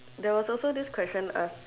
there was also this question ask